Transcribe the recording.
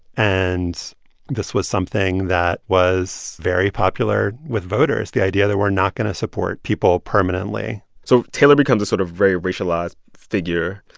and this was something that was very popular with voters the idea that we're not going to support people permanently so taylor becomes a sort of very racialized figure.